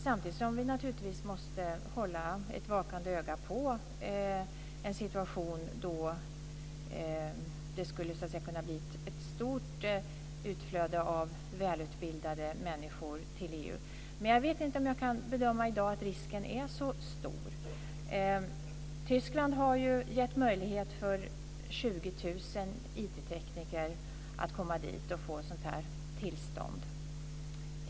Samtidigt måste vi naturligtvis hålla ett vakande öga på en situation där det skulle kunna bli ett stort utflöde av välutbildade människor till EU. Jag vet inte om jag i dag bedömer att risken är så stor. Tyskland har gett möjlighet för 20 000 IT tekniker att komma dit och få arbetstillstånd.